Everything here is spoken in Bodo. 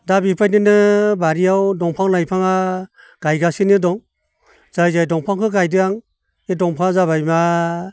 दा बेबायदिनो बारियाव दंफां लाइफांआ गायगासिनो दं जाय जाय दंफांखौ गायदों आं बे दफाङा जाबाय मा